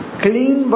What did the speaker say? clean